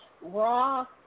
raw